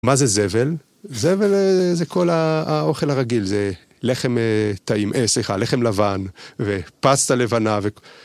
מה זה זבל? זבל זה כל האוכל הרגיל, זה לחם טעים, אה סליחה, לחם לבן, ופסטה לבנה ו...